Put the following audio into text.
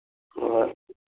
ꯍꯣꯏ ꯍꯣꯏ